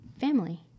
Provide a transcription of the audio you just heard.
family